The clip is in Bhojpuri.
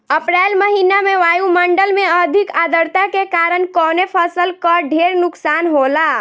अप्रैल महिना में वायु मंडल में अधिक आद्रता के कारण कवने फसल क ढेर नुकसान होला?